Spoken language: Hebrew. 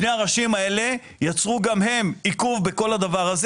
שני הראשים האלה יצרו גם הם עיכוב בכל הדבר הזה